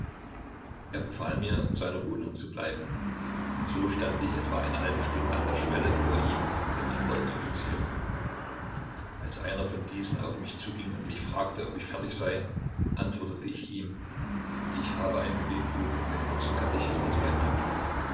er befahl mir in seiner wohnung zu bleiben und so stand ich etwa eine halbe stunde an der schwelle vor ihm und den anderen offizieren als einer von diesen auf mich zuging und mich fragte ob ich fertig sei antwortete ich ihm ich habe ein gebetbuch und den kurzen katechismus bei mir